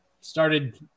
started –